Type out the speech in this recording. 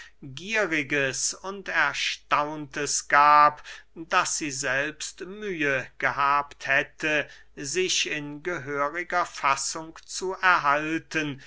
gieriges und erstauntes gab daß sie selbst mühe gehabt hätte sich in gehöriger fassung zu erhalten